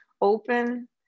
open